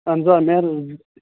اہن حظ آ